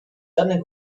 żadnych